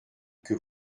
que